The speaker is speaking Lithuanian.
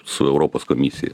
su europos komisija